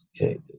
Okay